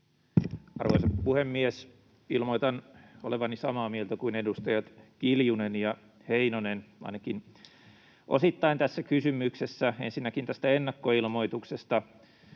Arvoisa puhemies! Ilmoitan olevani samaa mieltä kuin edustajat Kiljunen ja Heinonen ainakin osittain tässä kysymyksessä. Ensinnäkin tästä ennakkoilmoituksesta: